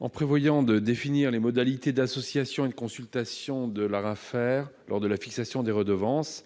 En prévoyant de définir les modalités d'association et de consultation de l'ARAFER lors de la fixation des redevances,